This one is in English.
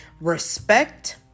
respect